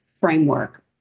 framework